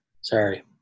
sorry